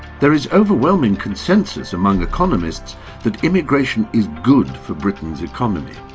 there is overwhelming consensus among economists that immigration is good for britain's economy.